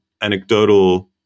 anecdotal